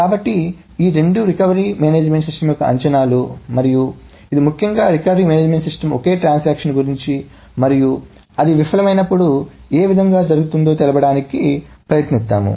కాబట్టి ఈ రెండూ రికవరీ మేనేజ్మెంట్ సిస్టమ్ యొక్క అంచనాలు మరియు ఇది ముఖ్యంగా రికవరీ మేనేజ్మెంట్ సిస్టమ్ ఒకే ట్రాన్సాక్షన్ గురించి మరియు అది విఫలమైనప్పుడు ఏమి జరుగుతుందో తెలపడానికి ప్రయత్నిస్తుంది